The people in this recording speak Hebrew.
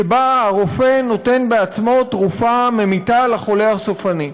שבה הרופא נותן בעצמו תרופה ממיתה לחולה הסופני.